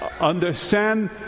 understand